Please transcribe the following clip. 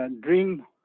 dream